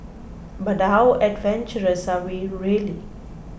but how adventurous are we really